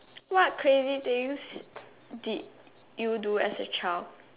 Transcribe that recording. what crazy things did you do as a child